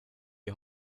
die